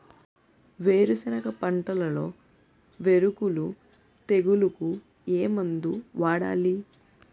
వేరుసెనగ పంటలో వేరుకుళ్ళు తెగులుకు ఏ మందు వాడాలి?